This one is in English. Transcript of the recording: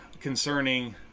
concerning